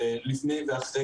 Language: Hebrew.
לפני ואחרי,